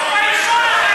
שחרר אותנו.